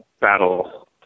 battle